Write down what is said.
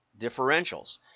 differentials